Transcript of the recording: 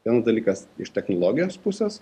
vienas dalykas iš technologijos pusės